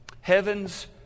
Heaven's